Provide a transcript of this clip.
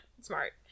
smart